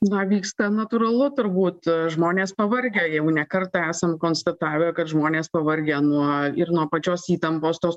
na vyksta natūralu turbūt žmonės pavargę jau ne kartą esam konstatavę kad žmonės pavargę nuo ir nuo pačios įtampos tos